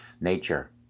Nature